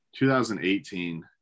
2018